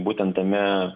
būtent tame